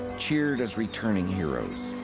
cheered as returning heroes